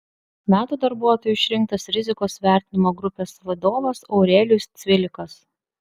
metų darbuotoju išrinktas rizikos vertinimo grupės vadovas aurelijus cvilikas